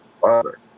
Father